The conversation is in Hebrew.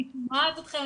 אני שומעת אתכם.